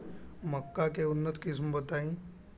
मक्का के उन्नत किस्म बताई?